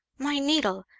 my needle!